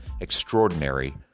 extraordinary